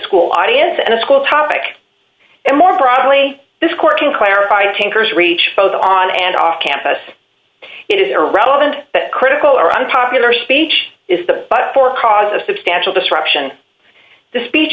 school audience and a school topic and more broadly this court can clarify tankers reach both on and off campus it is irrelevant critical or unpopular speech is the but for cause of substantial disruption the speech